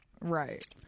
right